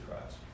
Christ